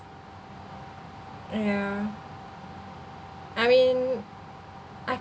yeah I mean I